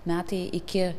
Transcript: metai iki